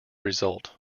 result